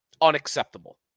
Unacceptable